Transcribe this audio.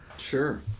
Sure